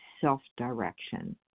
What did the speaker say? self-direction